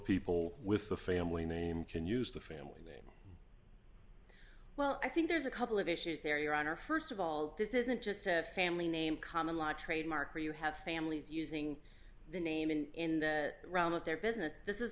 people with the family name can use the family name well i think there's a couple of issues there your honor st of all this isn't just have family name common law trademark where you have families using the name and in the realm of their business this is